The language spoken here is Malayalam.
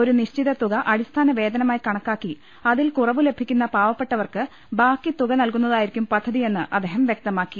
ഒരു നിശ്ചിത തുക അടി സ്ഥാന വേതനമായി കണക്കാക്കി അതിൽ കുറവ് ലഭിക്കുന്ന പാവ പ്പെട്ടവർക്ക് ബാക്കിതുക നൽകുന്നതായിരിക്കും പദ്ധതിയെന്ന് അദ്ദേഹം വ്യക്തമാക്കി